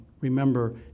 remember